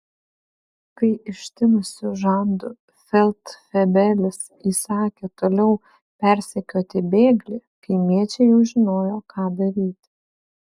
kai ištinusiu žandu feldfebelis įsakė toliau persekioti bėglį kaimiečiai jau žinojo ką daryti